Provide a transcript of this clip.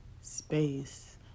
space